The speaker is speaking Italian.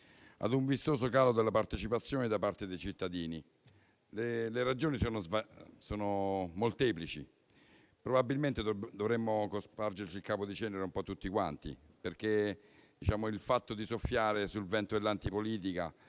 ad un vistoso calo della partecipazione da parte dei cittadini. Le ragioni sono molteplici. Probabilmente dovremmo cospargerci il capo di cenere un po' tutti quanti, perché il fatto di soffiare sul vento dell'antipolitica,